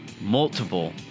multiple